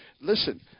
listen